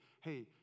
hey